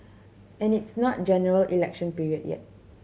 and it's not General Election period yet